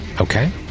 Okay